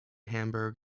hamburg